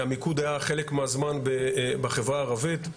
המיקוד היה חלק מהזמן בחברה הערבית.